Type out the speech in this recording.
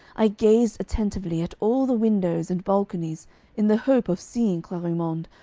i gazed attentively at all the windows and balconies in the hope of seeing clarimonde,